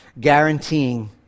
guaranteeing